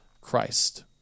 Christ